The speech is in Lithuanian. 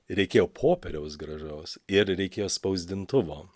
reikėjo popieriaus gražaus ir reikėjo spausdintuvo